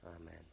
Amen